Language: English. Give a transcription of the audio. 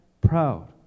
proud